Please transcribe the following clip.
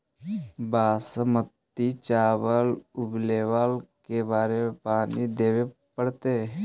बासमती चावल उगावेला के बार पानी देवे पड़तै?